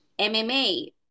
MMA